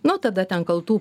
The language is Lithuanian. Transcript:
nu tada ten kaltų